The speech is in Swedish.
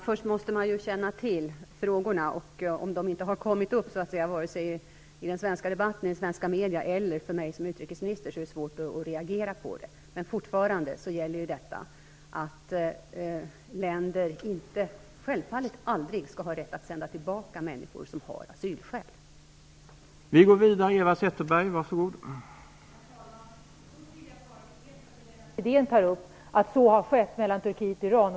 Herr talman! Först vill jag bara bekräfta det som Lennart Fridén tog upp om vad som har skett mellan Turkiet och Iran.